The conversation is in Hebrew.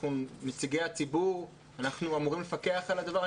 אנחנו נציגי הציבור, אנחנו אמורים לפקח על הדבר.